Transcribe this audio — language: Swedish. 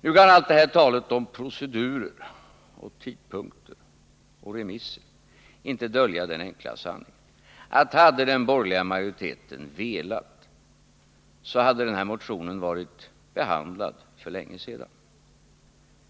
Nu kan allt det här talet om procedurer, tidpunkter och remisser inte dölja den enkla sanningen att hade den borgerliga majoriteten velat hade den här motionen varit behandlad för länge sedan.